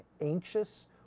anxious